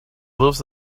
lives